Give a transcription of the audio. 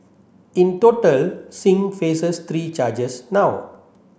in total Singh faces three charges now